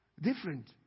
Different